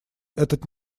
этот